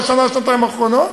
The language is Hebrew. בשנה-שנתיים האחרונות,